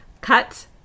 cut